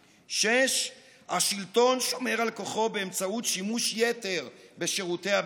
6. השלטון שומר על כוחו באמצעות שימוש יתר בשירותי הביטחון,